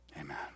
Amen